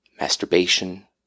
masturbation